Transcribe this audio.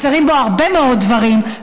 חסרים בו הרבה מאוד דברים,